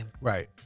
Right